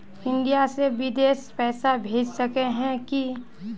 India से बिदेश पैसा भेज सके है की?